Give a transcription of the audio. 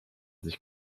sich